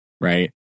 right